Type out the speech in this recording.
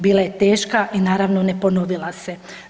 Bila je teška i naravno ne ponovila se.